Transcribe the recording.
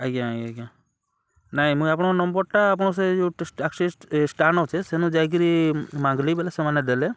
ଆଜ୍ଞା ଆଜ୍ଞା ଆଜ୍ଞା ନାଇଁ ମୁଇଁ ଆପଣଙ୍କର୍ ନମ୍ବର୍ଟା ଆପଣ୍ ସେ ଯୋଉ ଷ୍ଟାଣ୍ଡ୍ ଅଛେ ସେନୁ ଯାଇକିରି ମାଗ୍ଲି ବେଲେ ସେମାନେ ଦେଲେ